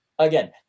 Again